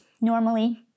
normally